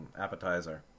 appetizer